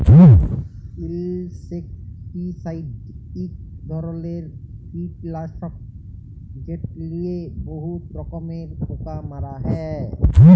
insecticide ইক ধরলের কিটলাসক যেট লিয়ে বহুত রকমের পোকা মারা হ্যয়